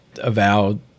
avowed